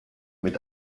mit